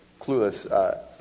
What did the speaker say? clueless